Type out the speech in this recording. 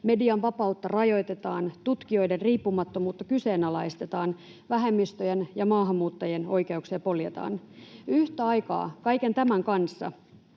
median vapautta rajoitetaan, tutkijoiden riippumattomuutta kyseenalaistetaan, vähemmistöjen ja maahanmuuttajien oikeuksia poljetaan. Yhtä aikaa kaiken tämän kanssa